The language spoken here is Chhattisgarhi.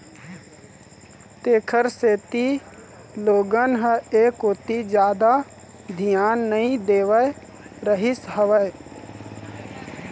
तेखर सेती लोगन ह ऐ कोती जादा धियान नइ देवत रहिस हवय